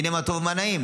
הינה מה טוב ומה נעים.